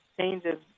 changes